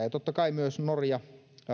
ja totta kai myös norja